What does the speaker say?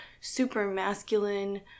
super-masculine